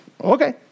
Okay